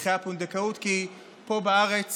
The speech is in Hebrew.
הליכי הפונדקאות, כי פה בארץ